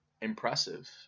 impressive